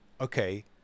Okay